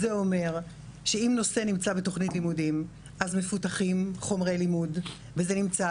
זה אומר שאם נושא נמצא בתוכנית לימודים אז מפותחים חומרי לימוד וזה נמצא